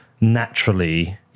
naturally